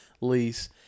lease